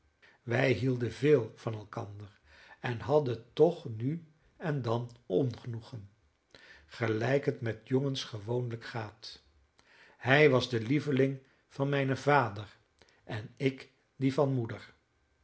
wij hielden veel van elkander en hadden toch nu en dan ongenoegen gelijk het met jongens gewoonlijk gaat hij was de lieveling van mijnen vader en ik die van moeder